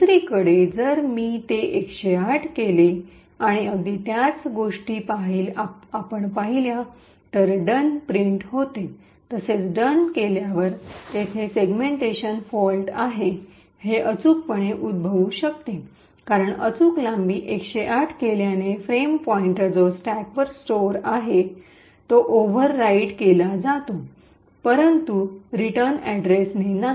दुसरीकडे जर मी ते 108 केले आणि अगदी त्याच गोष्टी आपण पाहिल्या तर "डन" "done" प्रिंट होते तसेच "डन" "done" केल्यावर तेथे सेगमेंटेशन फॉल्ट आहे जे अचूकपणे उद्भवू शकते कारण अचूक लांबी १०८ केल्याने फ्रेम पॉईंटर जो स्टॅकवर स्टोआर आहे तो ओव्हर राईट केला जातो परंतु रिटर्न अड्रेसने नाही